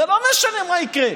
זה לא משנה מה יקרה.